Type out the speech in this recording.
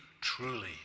truly